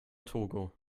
togo